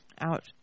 out